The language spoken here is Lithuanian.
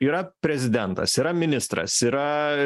yra prezidentas yra ministras yra